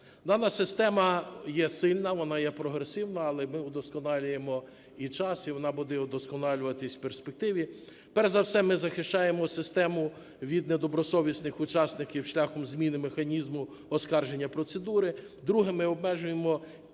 Дана система є сильна, вона є прогресивна, але ми вдосконалюємо і час, і вона буде удосконалюватись в перспективі. Перш за все ми захищаємо систему від недобросовісних учасників шляхом зміни механізму оскарження процедури. Друге – ми обмежуємо